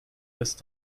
erst